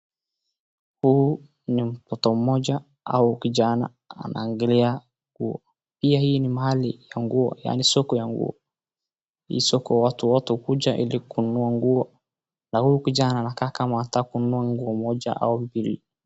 Huu ni mtoto mmoja au kijana anaangalia nguo. Pia hii ni mahali ya nguo, yaani soko ya nguo. Hii soko watu wote hukuja ili kununua nguo, na huyu kijana anakaa kama anataka kununua nguo moja au mbili.